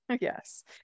Yes